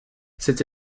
cette